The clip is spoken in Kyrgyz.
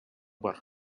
бар